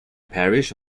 parish